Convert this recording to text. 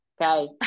okay